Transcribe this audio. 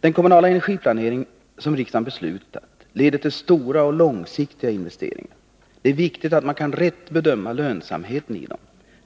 Den kommunala energiplaneringen, som riksdagen beslutat, leder till stora och långsiktiga investeringar. Det är viktigt att man rätt kan bedöma lönsamheten i dem.